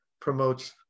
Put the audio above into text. promotes